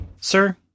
Sir